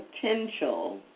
potential